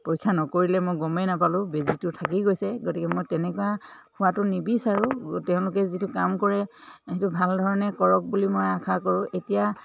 পৰীক্ষা নকৰিলে মই গমেই নাপালোঁ বেজিটো থাকি গৈছে গতিকে মই তেনেকুৱা হোৱাটো নিবিচাৰোঁ তেওঁলোকে যিটো কাম কৰে সেইটো ভাল ধৰণে কৰক বুলি মই আশা কৰোঁ এতিয়া